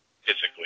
physically